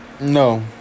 No